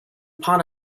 upon